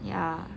ya